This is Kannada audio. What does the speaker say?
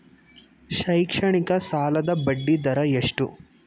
ಶೈಕ್ಷಣಿಕ ಸಾಲದ ಬಡ್ಡಿ ದರ ಎಷ್ಟು?